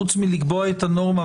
חוץ מלקבוע את הנורמה,